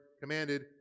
commanded